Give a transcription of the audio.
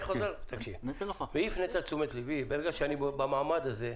היא הפנתה את תשומת ליבי, ברגע שאני במעמד הזה,